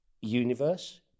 universe